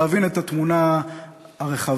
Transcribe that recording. להבין את התמונה הרחבה,